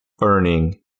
earning